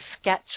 sketch